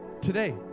today